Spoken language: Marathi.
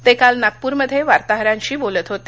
ते काल नागपूरमध्ये वार्ताहरांशी बोलत होते